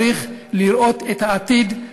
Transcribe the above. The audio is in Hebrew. צריך לראות את העתיד,